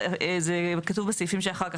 כתוב בסעיפים אחר כך,